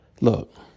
look